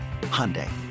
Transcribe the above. Hyundai